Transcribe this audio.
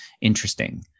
interesting